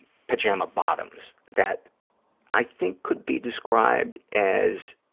pajama bottoms that i think could be described as